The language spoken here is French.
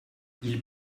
ils